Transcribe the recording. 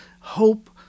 Hope